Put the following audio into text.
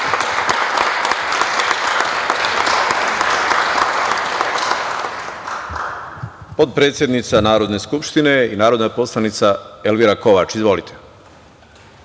potpredsednica Narodne skupštine i narodna poslanica Elvira Kovač. Izvolite.